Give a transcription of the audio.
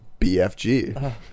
BFG